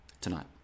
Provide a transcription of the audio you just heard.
tonight